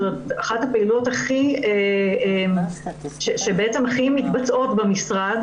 זאת אחת הפעילויות שהכי מתבצעות במשרד.